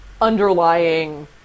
underlying